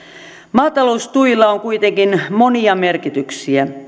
maataloustuilla on kuitenkin monia merkityksiä